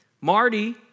Marty